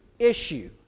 issue